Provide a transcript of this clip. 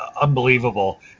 unbelievable